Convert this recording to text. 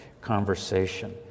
conversation